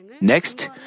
Next